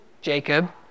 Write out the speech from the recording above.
Jacob